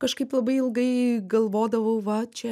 kažkaip labai ilgai galvodavau va čia